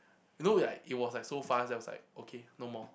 you know like it was like so fast then I was like okay no more